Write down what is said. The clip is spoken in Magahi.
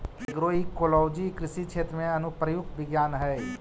एग्रोइकोलॉजी कृषि क्षेत्र में अनुप्रयुक्त विज्ञान हइ